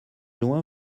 loin